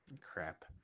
crap